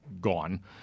gone